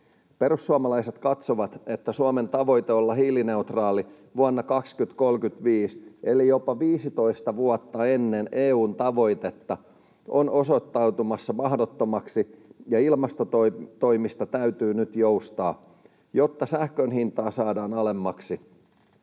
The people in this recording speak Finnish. Perussuomalaiset katsovat, että Suomen tavoite olla hiilineutraali vuonna 2035 eli jopa 15 vuotta ennen EU:n tavoitetta on osoittautumassa mahdottomaksi ja ilmastotoimista täytyy nyt joustaa, jotta sähkön hintaa saadaan alemmaksi.